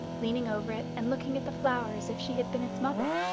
leaning over it, and looking at the flower as if she had been its mother.